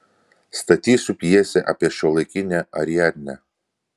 statysiu pjesę apie šiuolaikinę ariadnę